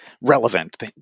relevant